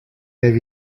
l’avis